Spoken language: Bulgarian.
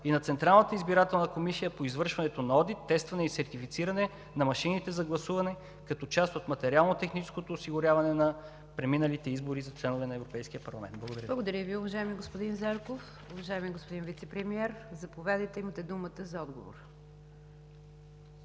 и на Централната избирателна комисия по извършването на одит, тестване и сертифициране на машините за гласуване като част от материално-техническото осигуряване на преминалите избори за членове на Европейския парламент? ПРЕДСЕДАТЕЛ НИГЯР ДЖАФЕР: Благодаря Ви, уважаеми господин Зарков. Уважаеми господин Вицепремиер, заповядайте – имате думата за отговор.